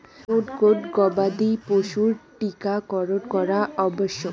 কোন কোন গবাদি পশুর টীকা করন করা আবশ্যক?